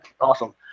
Awesome